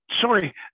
sorry